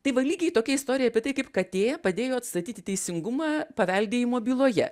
tai va lygiai tokia istorija apie tai kaip katė padėjo atstatyti teisingumą paveldėjimo byloje